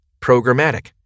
Programmatic